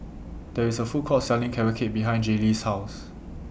There IS A Food Court Selling Carrot Cake behind Jaylee's House